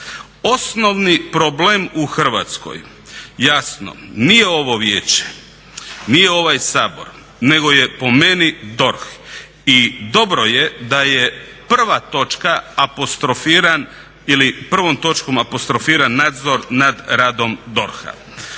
Osnovni problem u Hrvatskoj jasno nije ovo vijeće, nije ovaj Sabor nego je, po meni, DORH. I dobro je da je prva točka apostrofiran ili prvom točkom